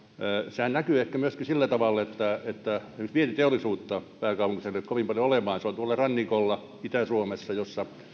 sehän näkyy ehkä myöskin sillä tavalla että että esimerkiksi vientiteollisuutta pääkaupunkiseudulle ei ole kovin paljon se on tuolla rannikolla ja itä suomessa